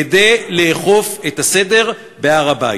כדי לאכוף את הסדר בהר-הבית.